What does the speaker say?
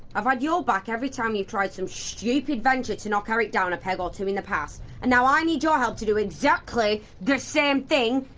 i've had your back every time you've tried some stupid venture to knock eric down a peg or two in the past. and now i need your help to do exactly the same thing,